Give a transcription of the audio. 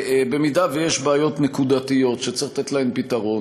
אם יש בעיות נקודתיות שצריך לתת להן פתרון,